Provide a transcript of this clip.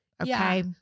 Okay